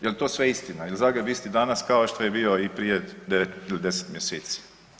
Jel to sve istina, jel Zagreb isti danas kao što je bio i prije 9 ili 10 mjeseci?